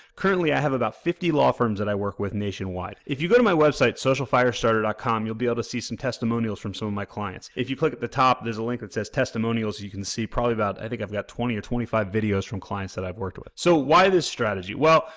currently, i have about fifty law firms that i work with nationwide. if you go to my website socialfirestarter com, you'll be able to see some testimonials from some of my clients. if you click at the top there's a link that says testimonials, you can see probably about, i think i've got twenty or twenty five videos from clients that i've worked with. so, why this strategy? well,